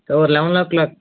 sir ஒரு லெவனோ clock